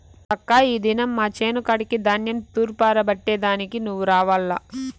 అక్కా ఈ దినం మా చేను కాడికి ధాన్యం తూర్పారబట్టే దానికి నువ్వు రావాల్ల